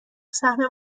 سهم